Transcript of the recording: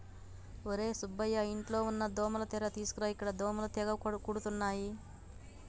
ఒర్రే సుబ్బయ్య ఇంట్లో ఉన్న దోమల తెర తీసుకురా ఇక్కడ దోమలు తెగ కుడుతున్నాయి